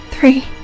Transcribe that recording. Three